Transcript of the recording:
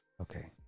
okay